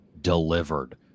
delivered